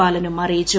ബാലനും അറിയിച്ചു